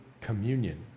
communion